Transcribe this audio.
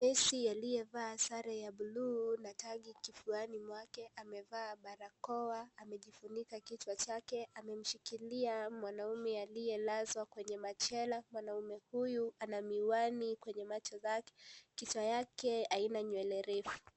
Nesi aliyevaa sare ya bluu na tagi kifuani mwake amevaa barakoa amejifunika kichwa chake amemshikilia mwanaume aliyelazwa kwenye machela , mwanaume huyu ana miwani kwenye macho yake , kichwa chake haina nywele refu.